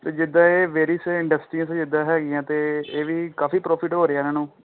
ਅਤੇ ਜਿੱਦਾਂ ਇਹ ਵੇਰੀਸ ਇੰਡਸਟਰੀਸ ਇੱਦਾਂ ਹੈਗੀਆਂ ਅਤੇ ਇਹ ਵੀ ਕਾਫੀ ਪ੍ਰੋਫਿਟ ਹੋ ਰਿਹਾ ਇਹਨਾਂ ਨੂੰ